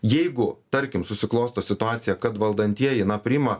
jeigu tarkim susiklosto situacija kad valdantieji na priima